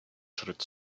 schritt